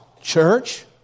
Church